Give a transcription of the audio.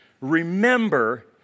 Remember